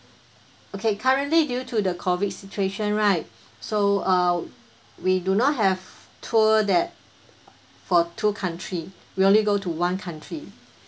okay currently due to the COVID situation right so uh we do not have tour that for two country we only go to one country